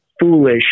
foolish